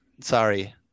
Sorry